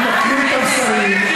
הוא מקריא את המסרים,